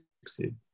succeed